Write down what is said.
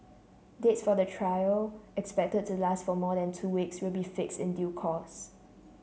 dates for the trial expected to last for more than two weeks will be fixed in due course